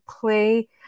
play